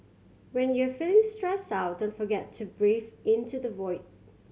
when you are feeling stressed out don't forget to breathe into the void